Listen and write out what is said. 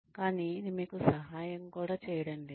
కానీ ఇది మీకు సహాయం కూడా చేయడం లేదు